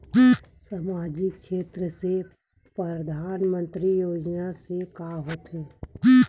सामजिक क्षेत्र से परधानमंतरी योजना से का होथे?